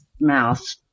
mouth